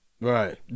Right